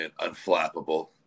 unflappable